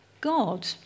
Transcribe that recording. God